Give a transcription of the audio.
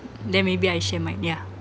then maybe I share mine yeah